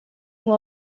nur